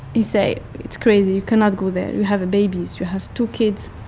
he say, it's crazy. you cannot go there. you have babies. you have two kids.